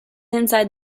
inside